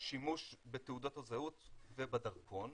שימוש בתעודות הזהות ובדרכון,